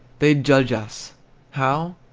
they'd judge us how?